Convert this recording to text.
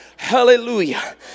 hallelujah